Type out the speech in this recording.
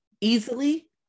easily